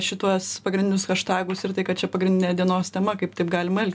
šituos pagrindinius haštagus ir tai kad čia pagrindinė dienos tema kaip taip galima elgtis